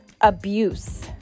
abuse